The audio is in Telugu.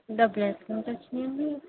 డబ్బులు ఎక్కడ నుంచి వచ్చినయి అండీ